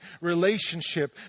relationship